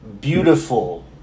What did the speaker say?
beautiful